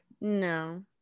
No